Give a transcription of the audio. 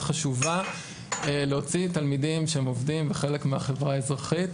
חשובה להוציא תלמידים שהם עובדים וחלק מהחברה האזרחית.